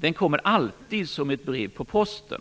alltid kommer som ett brev på posten.